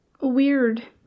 weird